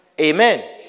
Amen